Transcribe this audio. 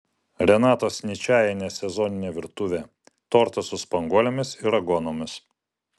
renatos ničajienės sezoninė virtuvė tortas su spanguolėmis ir aguonomis